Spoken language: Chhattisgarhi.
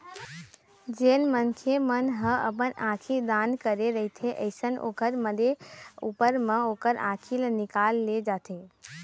जेन मनखे मन ह अपन आंखी दान करे रहिथे अइसन ओखर मरे ऊपर म ओखर आँखी ल निकाल ले जाथे